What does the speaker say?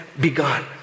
begun